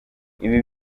ibi